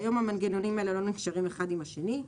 המנגנונים האלה היום לא נקשרים האחד עם השני.